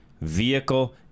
vehicle